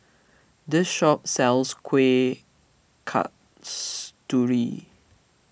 this shop sells Kueh Kasturi